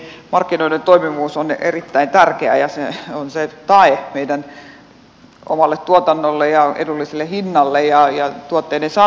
markkinoiden toimivuus on erittäin tärkeää ja se on tae meidän omalle tuotannolle ja edulliselle hinnalle ja tuotteiden saatavuudelle